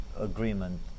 agreement